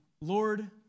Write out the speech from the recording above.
Lord